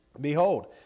behold